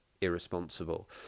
irresponsible